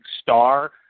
star